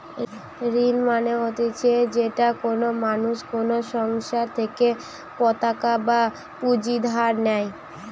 ঋণ মানে হতিছে যেটা কোনো মানুষ কোনো সংস্থার থেকে পতাকা বা পুঁজি ধার নেই